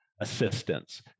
assistance